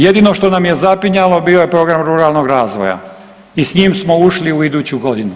Jedino što nam je zapinjalo bio je program ruralnog razvoja i s njim smo ušli u iduću godinu.